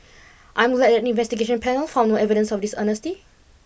I'm glad that the investigation panel found no evidence of dishonesty